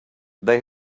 they